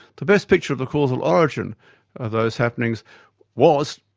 the best picture of the causal origin of those happenings was,